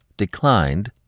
declined